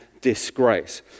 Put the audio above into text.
disgrace